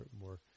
more